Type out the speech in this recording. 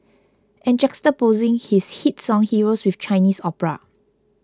and juxtaposing his hit song Heroes with Chinese opera